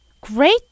Great